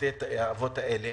בבתי אבות האלה,